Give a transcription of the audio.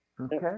Okay